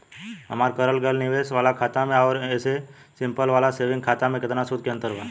हमार करल गएल निवेश वाला खाता मे आउर ऐसे सिंपल वाला सेविंग खाता मे केतना सूद के अंतर बा?